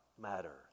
matter